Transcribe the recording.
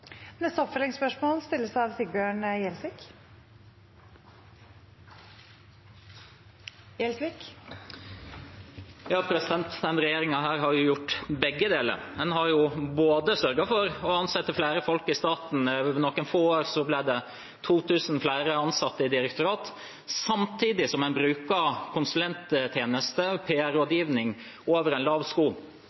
Sigbjørn Gjelsvik – til oppfølgingsspørsmål. Denne regjeringen har jo gjort begge deler: En har sørget for å ansette flere folk i staten – på noen få år ble det 2 000 flere ansatte i direktoratene – samtidig som en bruker konsulenttjenester og PR-rådgivning over en lav sko.